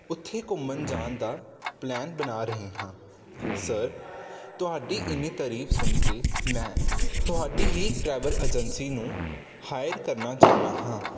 ਉੱਥੇ ਘੁੰਮਣ ਜਾਣ ਦਾ ਪਲੈਨ ਬਣਾ ਰਹੇ ਹਾਂ ਸਰ ਤੁਹਾਡੀ ਇੰਨੀ ਤਾਰੀਫ਼ ਸੁਣ ਕੇ ਮੈਂ ਤੁਹਾਡੀ ਹੀ ਟਰੈਵਲ ਏਜੰਸੀ ਨੂੰ ਹਾਇਰ ਕਰਨਾ ਚਾਹੁੰਦਾ ਹਾਂ